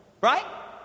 right